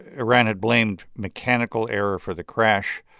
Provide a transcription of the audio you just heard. iran had blamed mechanical error for the crash.